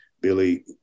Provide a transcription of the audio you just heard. Billy